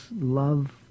love